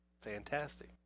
fantastic